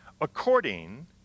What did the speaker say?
according